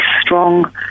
strong